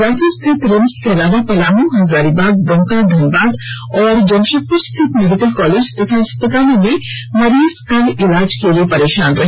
रांची स्थित रिम्स के अलावा पलामू हजारीबाग दुमका धनबाद और जमशेदपुर स्थित मेडिकल कालेज व अस्पतालों में मरीज कल इलाज के लिए परेशान रहे